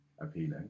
appealing